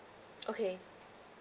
okay